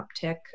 uptick